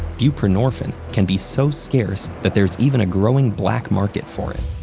buprenorphine can be so scarce that there's even a growing black market for it.